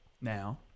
now